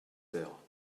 terre